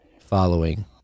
following